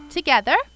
Together